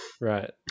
Right